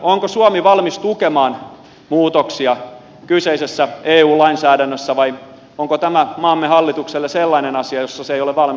onko suomi valmis tukemaan muutoksia kyseisessä eu lainsäädännössä vai onko tämä maamme hallitukselle sellainen asia jossa se ei ole valmis joustamaan